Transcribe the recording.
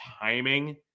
timing